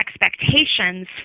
expectations